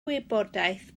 wybodaeth